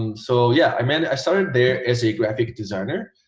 and so yeah i mean i started there as a graphic designer